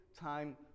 time